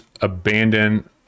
abandon